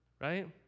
right